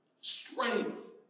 Strength